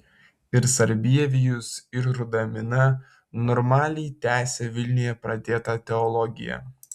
ir sarbievijus ir rudamina normaliai tęsė vilniuje pradėtą teologiją